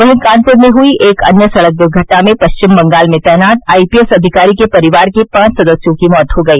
वहीं कानपुर में हुई एक अन्य सड़क दुर्घटना में पश्चिम बंगाल में तैनात आईपीएस अधिकारी के परिवार के पांच सदस्यों की मौत हो गई